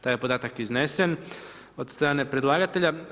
Taj je podatak iznesen, od strane predlagatelja.